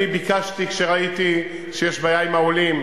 אני ביקשתי, כשראיתי שיש בעיה עם העולים,